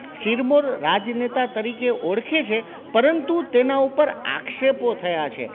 શિરમોર રાજનેતા તરીકે ઓળખે છે પરંતુ તેના ઉપર આક્ષેપો થયા છે